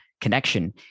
connection